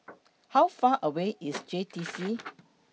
How Far away IS J T C